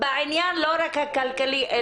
בעניין לא רק הכלכלי,